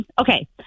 okay